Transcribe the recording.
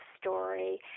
story